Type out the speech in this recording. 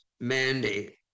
mandate